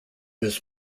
his